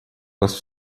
вас